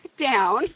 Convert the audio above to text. down